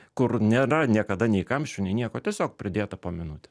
kur nėra niekada nei kamščių nei nieko tiesiog pridėta po minutę